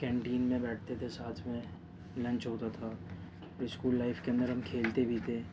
canteen میں بیٹھتے تھے ساتھ میں لنچ ہوتا تھا اسکول لائف کے اندر ہم کھیلتے بھی تھے